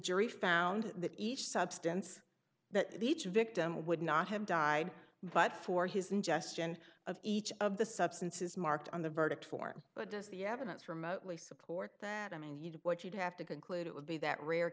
jury found that each substance that each victim would not have died but for his ingestion of each of the substances marked on the verdict form but does the evidence remotely support that i mean you know what you'd have to conclude it would be that rare